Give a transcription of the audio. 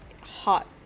Hot